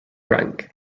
rank